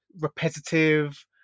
repetitive